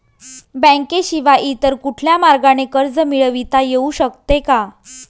बँकेशिवाय इतर कुठल्या मार्गाने कर्ज मिळविता येऊ शकते का?